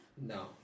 No